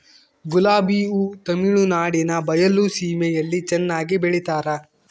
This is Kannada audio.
ಗುಲಾಬಿ ಹೂ ತಮಿಳುನಾಡಿನ ಬಯಲು ಸೀಮೆಯಲ್ಲಿ ಚೆನ್ನಾಗಿ ಬೆಳಿತಾರ